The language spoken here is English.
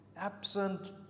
absent